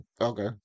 okay